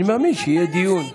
אני מאמין שיהיה דיון.